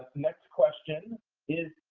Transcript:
next question is,